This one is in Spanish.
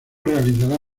realizará